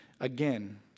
again